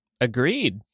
Agreed